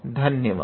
धन्यवाद